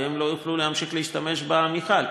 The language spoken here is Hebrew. והם לא יוכלו להמשיך להשתמש במכל.